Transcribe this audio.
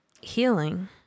Healing